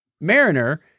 Mariner